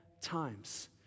times